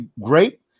great